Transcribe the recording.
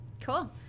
cool